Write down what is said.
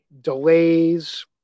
delays